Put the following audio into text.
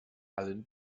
allen